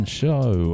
show